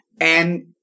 And-